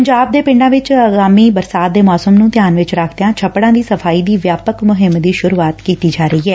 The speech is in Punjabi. ਪੰਜਾਬ ਦੇ ਪਿੰਡਾਂ ਵਿੱਚ ਆਗਾਮੀ ਬਰਸਾਤ ਦੇ ਮੌਸਮ ਨੂੰ ਧਿਆਨ ਵਿੱਚ ਰੱਖਦਿਆਂ ਛੱਪੜਾਂ ਦੀ ਸਫਾਈ ਦੀ ਵਿਆਪਕ ਮੁਹਿੰਮ ਸੁਰੁ ਕੀਤੀ ਜਾ ਰਹੀ ਏ